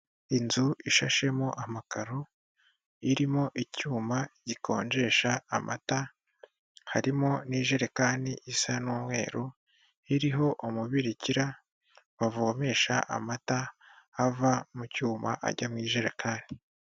Inzu ishashemo amakaro, irimo icyuma gikonjesha amata, harimo n'ijerekani isa n'umweru iriho umubirikira bavomesha amata ava mu cyuma ajya mu jerekani.